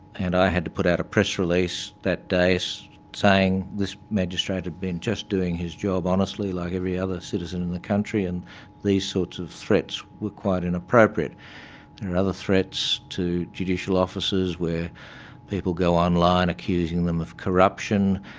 and i had to put out a press release that day so saying this magistrate had been just doing his job honestly, like every other citizen in the country, and these sorts of threats were quite inappropriate. there are other threats to judicial officers where people go online accusing them of corruption,